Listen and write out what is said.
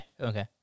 Okay